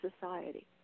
society